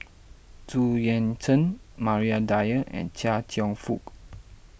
Zu Yuan Zhen Maria Dyer and Chia Cheong Fook